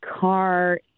car